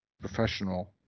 professional